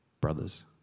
Brothers